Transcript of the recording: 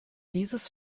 dieses